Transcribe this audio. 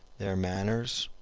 their manners,